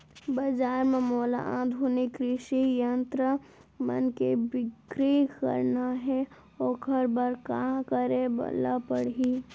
बजार म मोला आधुनिक कृषि यंत्र मन के बिक्री करना हे ओखर बर का करे ल पड़ही?